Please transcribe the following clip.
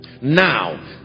Now